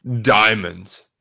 Diamonds